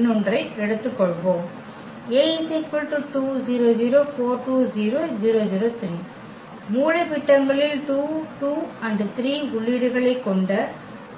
இன்னொன்றை எடுத்துக்கொள்வோம் மூலைவிட்டங்களில் 2 2 3 உள்ளீடுகளைக் கொண்ட